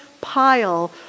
pile